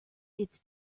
its